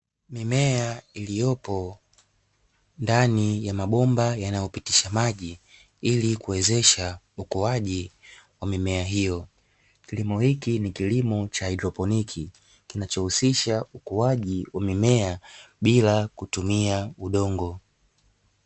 Mimea iliyopo ndani ya mabomba yanayopitisha maji ili kuwezesha ukuaji wa mimea hiyo, kilimo hiki ni kilimo cha haidroponi kinacho husisha ukuaji wa mimea bila kutumia udongo.